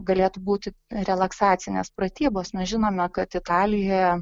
galėtų būti relaksacinės pratybos na žinoma kad italija